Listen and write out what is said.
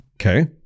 Okay